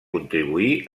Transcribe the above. contribuí